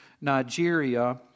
Nigeria